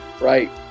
Right